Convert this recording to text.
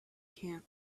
camp